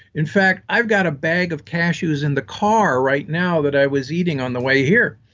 in fact, i've got a bag of cashews in the car right now that i was eating on the way here.